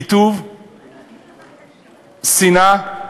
קיטוב, שנאה,